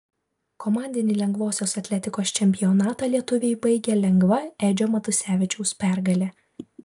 komandinį lengvosios atletikos čempionatą lietuviai baigė lengva edžio matusevičiaus pergale